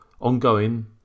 Ongoing